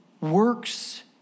works